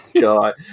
God